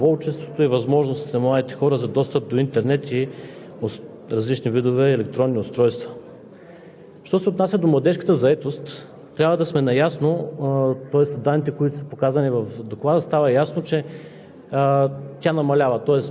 Аз ще обърна внимание на няколко основни точки в Доклада, а именно на младежката заетост, тенденциите, свързани с миграцията, доброволчеството и възможностите на младите хора за достъп до интернет и различни видове електронни устройства.